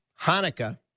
Hanukkah